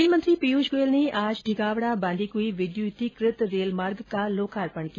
रेलमंत्री पीयूष गोयल ने आज ढिगावड़ा बांदीकुई विद्युतिकृत रेलमार्ग का लोकार्पण किया